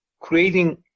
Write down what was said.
creating